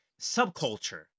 subculture